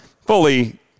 fully